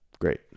Great